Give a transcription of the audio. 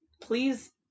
please